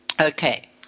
Okay